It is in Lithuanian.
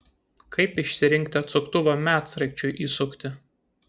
kaip išsirinkti atsuktuvą medsraigčiui įsukti